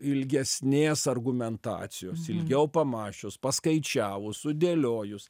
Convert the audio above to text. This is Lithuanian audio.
ilgesnės argumentacijos ilgiau pamąsčius paskaičiavus sudėliojus